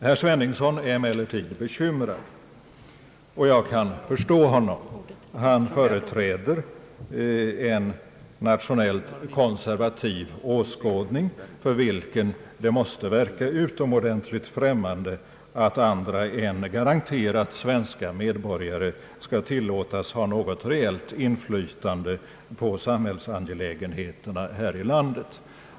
Herr Sveningsson är emellertid bekymrad — och jag kan förstå honom. Han företräder en nationell konservativ åskådning, för vilken det måste verka utomordentligt främmande att andra än garanterat svenska medborgare skall tilllåtas ha något reellt inflytande på samhällsangelägenheterna här i landet.